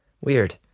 Weird